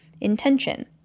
intention